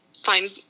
find